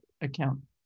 account